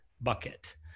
bucket